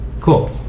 cool